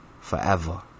Forever